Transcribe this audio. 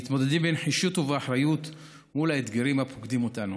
המתמודדים בנחישות ובאחריות עם האתגרים הפוקדים אותנו.